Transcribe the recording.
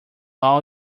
all